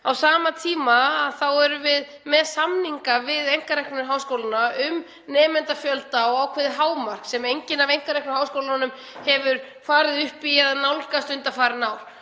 Á sama tíma erum við með samninga við einkareknu háskólana um nemendafjölda og ákveðið hámark, sem enginn af einkareknu háskólunum hefur farið upp í að nálgast undanfarin ár.